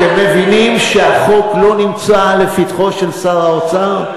אתם מבינים שהחוק לא נמצא לפתחו של שר האוצר?